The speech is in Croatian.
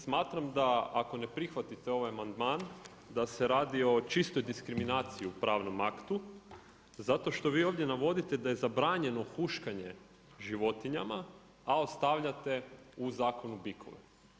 Smatram da ako ne prihvatite ovaj amandman da se radi o čistoj diskriminaciji u pravnom aktu zato što vi ovdje navodite da je zabranjeno huškanje životinjama, a ostavljate u zakonu bikove.